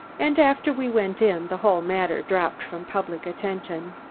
and after we went in, the whole matter dropped from public attention.